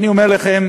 אני אומר לכם: